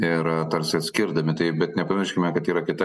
ir tarsi atskirdami tai bet nepamirškime kad yra kita